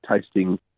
tasting